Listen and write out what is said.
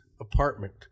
apartment